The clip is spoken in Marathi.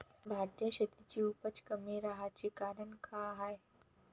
भारतीय शेतीची उपज कमी राहाची कारन का हाय?